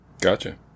Gotcha